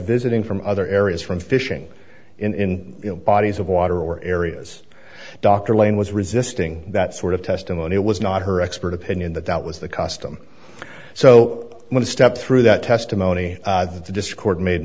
visiting from other areas from fishing in bodies of water or areas dr lane was resisting that sort of testimony it was not her expert opinion that that was the custom so one step through that testimony the dischord made